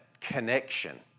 connection